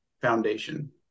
Foundation